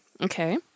Okay